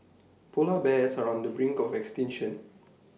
Polar Bears are on the brink of extinction